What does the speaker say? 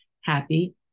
happy